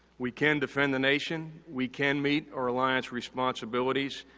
we can defend the nation. we can meet our alliance responsibilities.